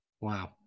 Wow